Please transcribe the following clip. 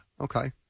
Okay